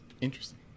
Interesting